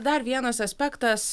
dar vienas aspektas